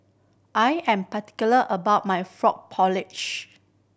I am particular about my frog porridge